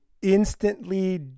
instantly